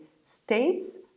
states